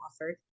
offered